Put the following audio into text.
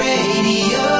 Radio